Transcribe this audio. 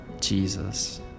Jesus